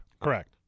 Correct